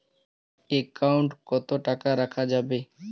Account কত টাকা রাখা যাবে?